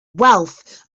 wealth